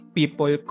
people